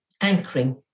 anchoring